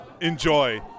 enjoy